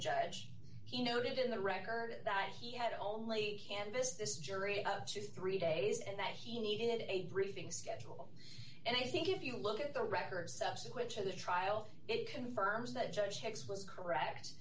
judge he noted in the record that he had only canvassed this jury up to three days and that he needed a briefing schedule and i think if you look at the records subsequent to the trial it confirms that judge hicks was correct